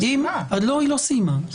היא לא סיימה לדבר.